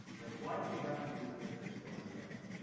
like, why do we have to use statistics for all those things?